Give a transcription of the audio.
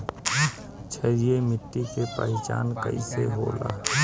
क्षारीय मिट्टी के पहचान कईसे होला?